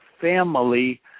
family